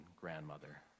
grandmother